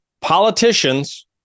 politicians